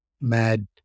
Mad